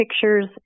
pictures